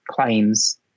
claims